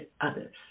others